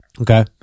Okay